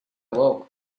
awoke